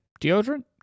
Deodorant